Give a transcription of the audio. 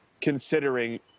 considering